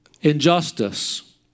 injustice